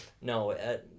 No